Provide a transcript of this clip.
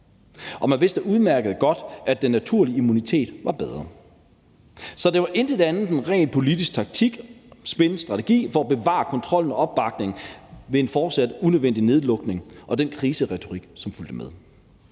og man vidste udmærket godt, at den naturlige immunitet var bedre. Så det var intet andet end ren politisk taktik, spin og strategi for at bevare kontrollen og opbakningen ved en fortsat unødvendig nedlukning og den kriseretorik, som fulgte med.